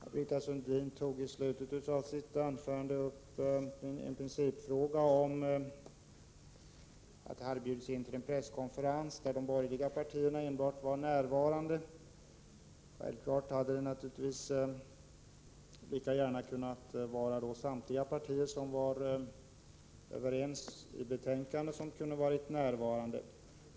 Fru talman! Britta Sundin tog i slutet av sitt anförande upp att de borgerliga partierna hade bjudit in till en presskonferens. Självfallet kunde naturligtvis lika gärna samtliga partier som var överens om utskottsbetänkandet ha varit närvarande.